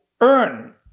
earn